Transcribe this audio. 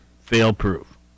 fail-proof